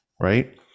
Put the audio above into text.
right